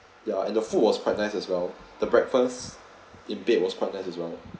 ya and the food was quite nice as well the breakfast in bed was quite nice as well